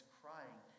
crying